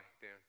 Dan